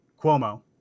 Cuomo